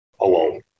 alone